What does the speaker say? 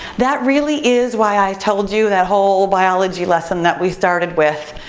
that really is why i told you that whole biology lesson that we started with.